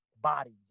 bodies